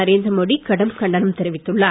நரேந்திரமோடி கடும் கண்டனம் தெரிவித்துள்ளார்